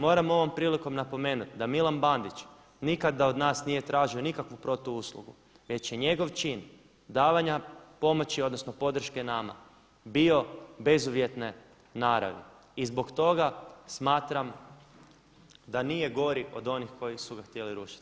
Moram ovom prilikom napomenuti da Milan Bandić nikada od nas nije tražio nikakvu protuuslugu već je njegov čin davanja pomoći, odnosno podrške nama bio bezuvjetne naravi i zbog toga smatram da nije gori od onih koji su ga htjeli rušiti.